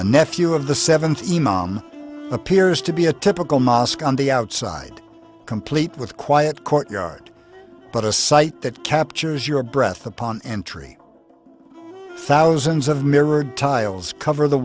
a nephew of the seventy mom appears to be a typical mosque on the outside complete with quiet courtyard but a site that captures your breath upon entry thousands of mirrored tiles cover the